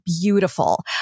beautiful